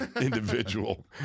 individual